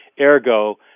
ergo